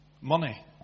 Money